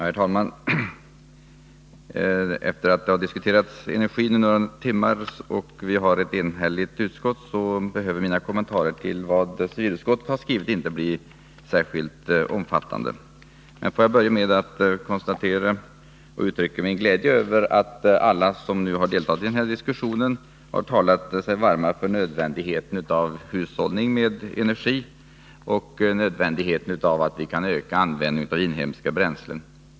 Herr talman! Efter det att det har diskuterats energi under några timmar och vi har ett enhälligt betänkande från civilutskottet behöver mina kommentarer till vad civilutskottet skrivit inte bli särskilt omfattande. Får jag börja med att konstatera och uttrycka min glädje över att alla som nu har deltagit i den här diskussionen har talat sig varma för nödvändigheten av hushållning med energi och för nödvändigheten av att vi kan öka användningen av inhemska bränslen.